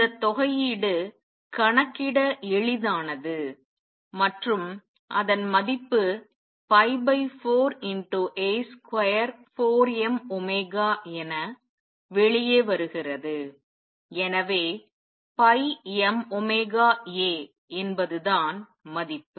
இந்த தொகையீடு கணக்கிட எளிதானது மற்றும் அதன் மதிப்பு 4A24mω என வெளியே வருகிறது எனவே mωA என்பதுதான் மதிப்பு